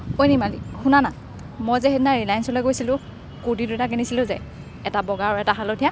ঐ নিৰ্মালি শুনা না মই যে সেইদিনা ৰিলায়েঞ্চলৈ গৈছিলোঁ কুৰ্তি দুটা কিনিছিলোঁ যে এটা বগা আৰু এটা হালধীয়া